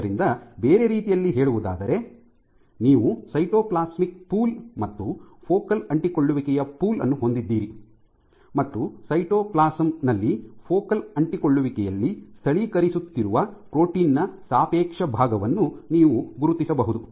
ಆದ್ದರಿಂದ ಬೇರೆ ರೀತಿಯಲ್ಲಿ ಹೇಳುವುದಾದರೆ ನೀವು ಸೈಟೋಪ್ಲಾಸ್ಮಿಕ್ ಪೂಲ್ ಮತ್ತು ಫೋಕಲ್ ಅಂಟಿಕೊಳ್ಳುವಿಕೆಯ ಪೂಲ್ ಅನ್ನು ಹೊಂದಿದ್ದೀರಿ ಮತ್ತು ಸೈಟೋಪ್ಲಾಸಂ ನಲ್ಲಿ ಫೋಕಲ್ ಅಂಟಿಕೊಳ್ಳುವಿಕೆಯಲ್ಲಿ ಸ್ಥಳೀಕರಿಸುತ್ತಿರುವ ಪ್ರೋಟೀನ್ ನ ಸಾಪೇಕ್ಷ ಭಾಗವನ್ನು ನೀವು ಗುರುತಿಸಬಹುದು